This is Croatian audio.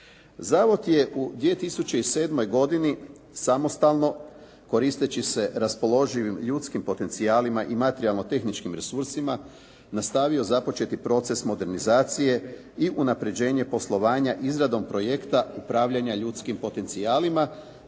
Zavod je u 2007. godini samostalno koristeći se raspoloživim ljudskim potencijalima i materijalno tehničkim resursima nastavio započeti proces modernizacije i unapređenje poslovanja izradom projekta upravljanja ljudskim potencijalima